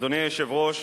אדוני היושב-ראש,